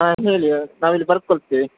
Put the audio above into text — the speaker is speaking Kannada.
ಹಾಂ ಹೇಳಿ ನಾವು ಇಲ್ಲಿ ಬರ್ಕೊಳ್ತೀವಿ